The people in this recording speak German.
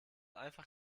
einfach